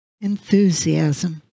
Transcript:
enthusiasm